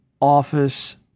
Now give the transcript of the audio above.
office